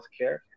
healthcare